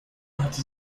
hatte